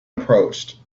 approached